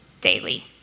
daily